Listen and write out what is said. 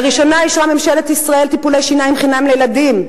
לראשונה אישרה ממשלת ישראל טיפולי שיניים חינם לילדים,